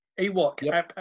Ewok